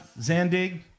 Zandig